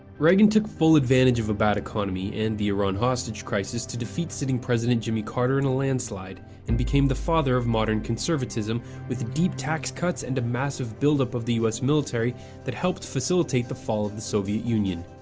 reagan took advantage of a bad economy and the iran hostage crisis to defeat sitting president jimmy carter in a landslide and became the father of modern conservatism with deep tax cuts and massive buildup of the u s. military that helped facilitate the fall of the soviet union.